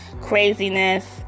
craziness